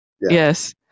Yes